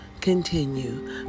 continue